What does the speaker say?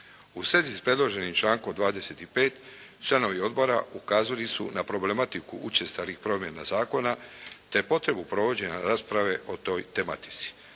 U svezi s predloženim člankom 25. članovi odbora ukazali su na problematiku učestalih promjena zakona, te potrebu provođenja rasprave o toj tematici.